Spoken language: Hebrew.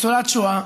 ניצולת שואה,